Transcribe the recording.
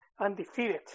undefeated